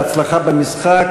בהצלחה במשחק,